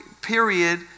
period